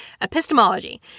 Epistemology